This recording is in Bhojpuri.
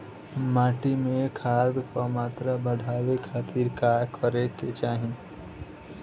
माटी में खाद क मात्रा बढ़ावे खातिर का करे के चाहीं?